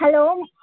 hello